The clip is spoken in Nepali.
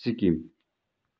सिक्किम